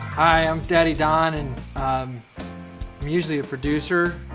i'm daddy don and i'm usually a producer,